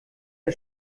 der